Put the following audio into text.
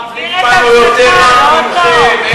הרב ליפמן הוא יותר רב מכם.